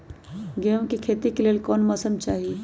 गेंहू के खेती के लेल कोन मौसम चाही अई?